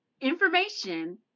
information